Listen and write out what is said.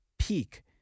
peak